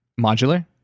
modular